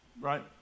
Right